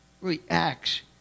reacts